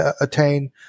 attain